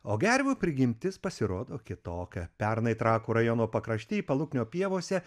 o gervių prigimtis pasirodo kitokia pernai trakų rajono pakrašty paluknio pievose